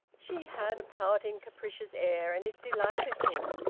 she had a pouting, capricious air, and it delighted him.